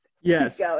Yes